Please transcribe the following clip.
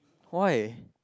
why